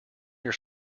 your